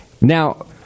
Now